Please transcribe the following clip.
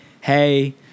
hey